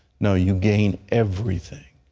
no. you gain everything.